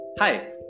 Hi